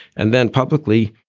and then publicly,